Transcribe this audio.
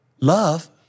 love